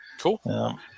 Cool